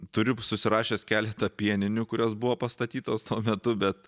turiu susirašęs keletą pieninių kurios buvo pastatytos tuo metu bet